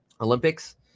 Olympics